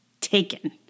taken